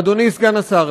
אדוני סגן השר.